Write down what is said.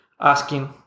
asking